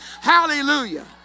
hallelujah